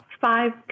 Five